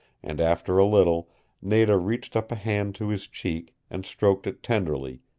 and after a little nada reached up a hand to his cheek, and stroked it tenderly,